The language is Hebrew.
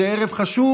זה ערב חשוב.